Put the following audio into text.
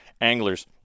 anglers